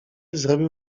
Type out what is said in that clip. zrobił